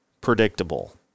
predictable